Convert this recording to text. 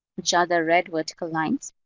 which are the red vertical lines.